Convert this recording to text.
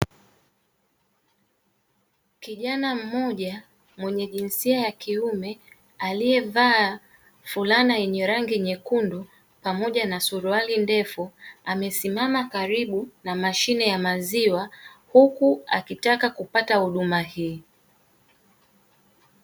Kijana mmoja mwenye jinsia ya kiume aliyevaa fulana yenye rangi nyekundu pamoja na suruali ndefu. Amesimama karibu na mashine ya maziwa huku akitaka kupata huduma hii.